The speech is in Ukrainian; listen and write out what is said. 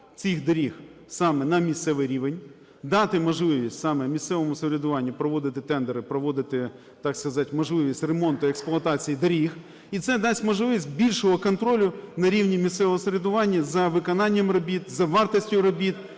цих доріг саме на місцевий рівень, дати можливість саме місцевому самоврядуванню проводити тендери, проводити, так сказать, можливість ремонту, експлуатації доріг, і це дасть можливість більшого контролю на рівні місцевого самоврядування за виконанням робіт, за вартістю робіт